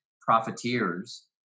profiteers